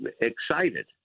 excited